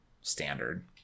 standard